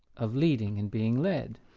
of leading and being led,